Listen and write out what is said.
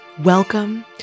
Welcome